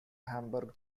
hamburg